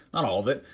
not all of it,